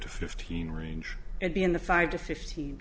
to fifteen range it be in the five to fifteen